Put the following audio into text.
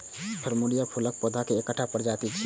plumeria फूलक पौधा के एकटा प्रजाति छियै